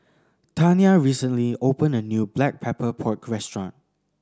Tania recently opened a new Black Pepper Pork restaurant